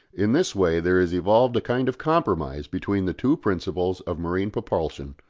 in this way there is evolved a kind of compromise between the two principles of marine propulsion,